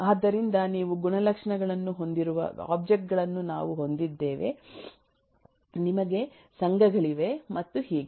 ಆದ್ದರಿಂದ ನೀವು ಗುಣಲಕ್ಷಣಗಳನ್ನು ಹೊಂದಿರುವ ಒಬ್ಜೆಕ್ಟ್ ಗಳನ್ನು ನಾವು ಹೊಂದಿದ್ದೇವೆ ನಿಮಗೆ ಸಂಘಗಳಿವೆ ಮತ್ತು ಹೀಗೆ